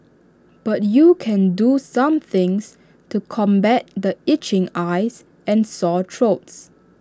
but you can do some things to combat the itching eyes and sore throats